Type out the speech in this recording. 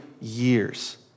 years